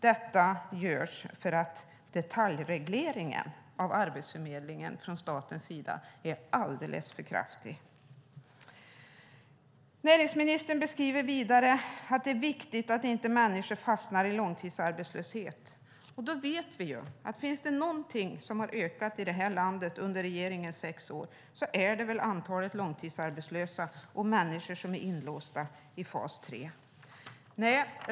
Detta görs för att detaljregleringen av Arbetsförmedlingen från statens sida är alldeles för kraftig. Näringsministern skriver vidare att det är viktigt att människor inte fastnar i långtidsarbetslöshet. Om det är något som har ökat här i landet under regeringens sex år så är det antalet långtidsarbetslösa och människor som är inlåsta i fas 3.